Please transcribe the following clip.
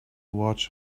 watch